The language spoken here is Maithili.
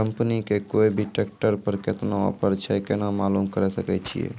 कंपनी के कोय भी ट्रेक्टर पर केतना ऑफर छै केना मालूम करऽ सके छियै?